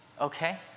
Okay